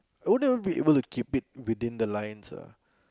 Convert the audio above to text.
I wouldn't be able to keep it within the lines ah